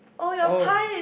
oh